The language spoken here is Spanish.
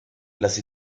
las